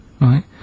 right